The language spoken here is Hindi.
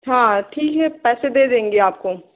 हाँ ठीक है पैसे दे देंगे आपको